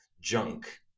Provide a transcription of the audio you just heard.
Junk